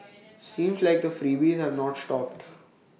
seems like the freebies have not stopped